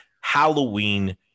Halloween